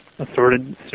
Assorted